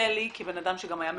לי, כבן אדם שגם היה מפוכח,